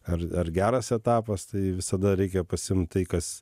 ar ar geras etapas tai visada reikia pasiimt tai kas